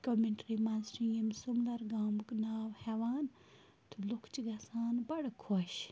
commentary منٛز چھُ ییٚمۍ سُملَر گامُک ناو ہٮ۪وان تہٕ لُکھ چھِ گژھان بَڑٕ خۄش